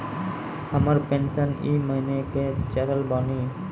हमर पेंशन ई महीने के चढ़लऽ बानी?